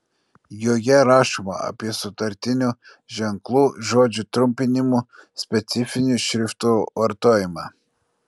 joje rašoma apie sutartinių ženklų žodžių trumpinimų specifinių šriftų vartojimą